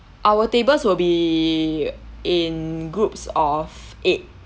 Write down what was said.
our tables will be in groups of eight